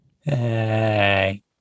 Hey